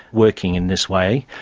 working in this way,